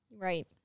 Right